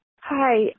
Hi